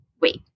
Wait